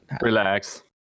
Relax